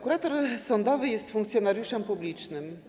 Kurator sądowy jest funkcjonariuszem publicznym.